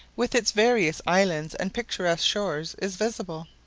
with its various islands and picturesque shores, is visible.